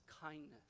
kindness